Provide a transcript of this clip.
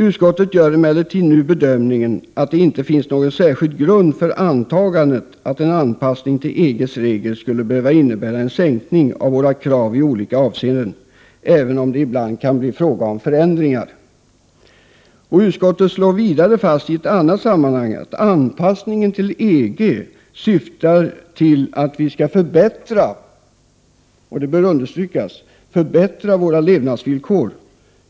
”Utskottet gör emellertid nu bedömningen att det inte finns någon särskild grund för antagandet att en anpassning till EG:s regler skulle behöva innebära en sänkning av våra krav i olika avseenden, även om det ibland måste bli fråga om förändringar.” Utskottet slår vidare fast i ett annat sammanhang att anpassningen till EG syftar till att vi skall förbättra, vilket bör understrykas, våra levnadsvillkor,